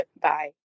Bye